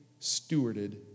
stewarded